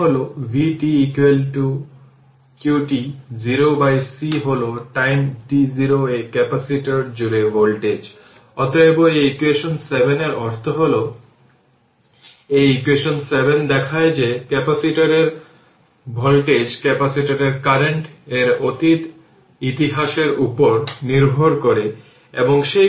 তো আসুন দেখি এই ক্ষেত্রে আমি যা নিয়েছি এবং আগের সার্কিটে মূল সার্কিটটি দেওয়া হয়েছিল যে এটি আমার i এবং এটি আসলে i y দেওয়া হয়েছিল